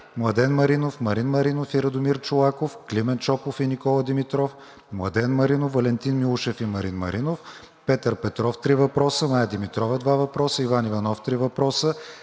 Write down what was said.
Младен Маринов, Марин Маринов, Радомир Чолаков, Климент Шопов и Никола Димитров, Младен Маринов, Валентин Милушев и Марин Маринов; Петър Петров – три въпроса; Мая Димитрова – два въпроса; Иван Иванов – три въпроса;